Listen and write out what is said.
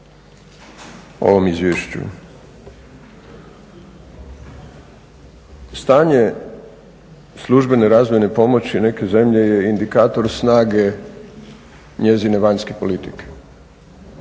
ovom izvješću. Stanje službene razvojne pomoći neke zemlje je indikator snage njezine vanjske politike,